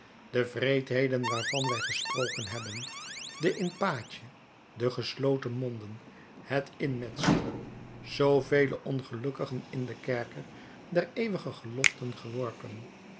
de wreedheden waarvan wij gesproken hebben de in pace de gesloten monden het inmetselen zoovele ongelukkigen in den kerker der eeuwige geloften geworpen